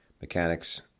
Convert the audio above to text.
mechanics